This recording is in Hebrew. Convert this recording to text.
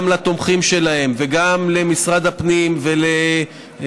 גם לתומכים שלהם וגם למשרד הפנים ולוועדות